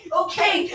okay